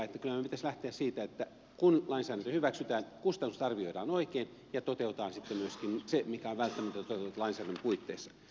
kyllä meidän pitäisi lähteä siitä että kun lainsäädäntö hyväksytään kustannukset arvioidaan oikein ja toteutetaan sitten myöskin se mikä on välttämätöntä toteuttaa lainsäädännön puitteissa